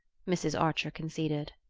mrs. archer conceded.